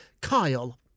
Kyle